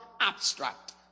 abstract